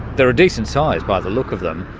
there are decent size by the look of them.